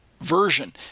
version